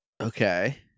Okay